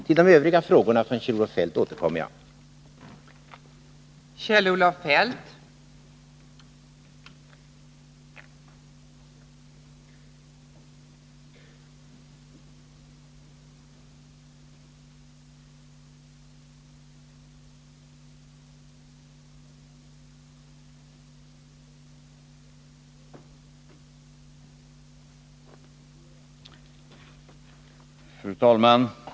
Till de övriga frågorna från Kjell-Olof Feldt återkommer jag senare.